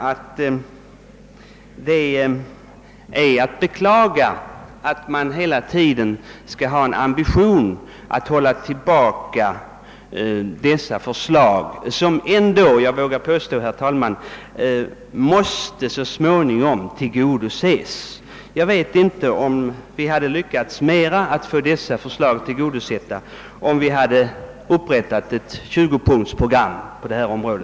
Det är att beklaga att man hela tiden har en ambition att hålla tillbaka dessa förslag som ändå — det vågar jag påstå, herr talman — så småningom måste tillgodoses. Jag vet inte om vi hade lyckats bättre när det gäller att få igenom dessa förslag om vi hade upprättat ett tjugopunktsprogram på detta område.